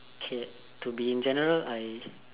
okay to be in general I